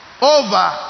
Over